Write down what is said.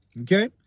Okay